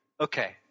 Okay